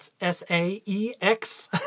S-A-E-X